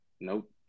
Nope